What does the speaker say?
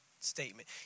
statement